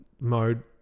mode